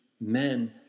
men